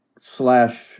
slash